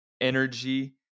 energy